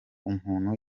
umuntu